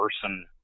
person